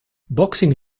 boxing